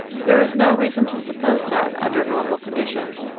there is no reason to suppose that, under normal conditions,